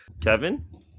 Kevin